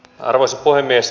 arvoisa puhemies